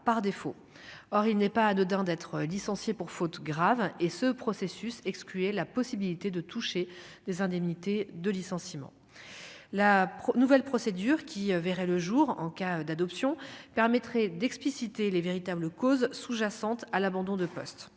or il n'est pas anodin d'être licencié pour faute grave et ce processus et la possibilité de toucher des indemnités de licenciement, la nouvelle procédure qui verrait le jour en cas d'adoption permettrait d'expliciter les véritables causes sous-jacentes à l'abandon de poste